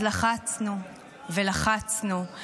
אז לחצנו ולחצנו,